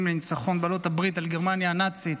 לניצחון בעלות הברית על גרמניה הנאצית,